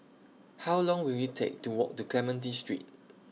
How Long Will IT Take to Walk to Clementi Street